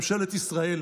ממשלת ישראל,